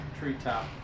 treetop